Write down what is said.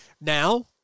Now